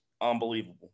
unbelievable